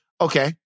okay